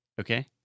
Okay